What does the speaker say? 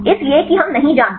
इसलिए कि हम नहीं जानते